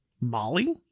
Molly